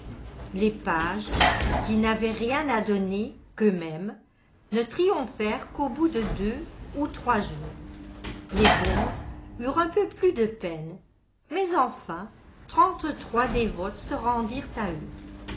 les pages qui n'avaient rien à donner qu'eux-mêmes ne triomphèrent qu'au bout de deux ou trois jours les bonzes eurent un peu plus de peine mais enfin trente-trois dévotes se rendirent à eux